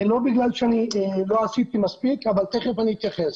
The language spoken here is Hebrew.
ולא בגלל שלא עשיתי מספיק ותיכף אתייחס.